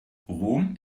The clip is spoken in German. rom